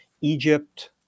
Egypt